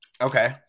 Okay